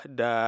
da